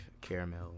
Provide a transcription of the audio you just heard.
caramel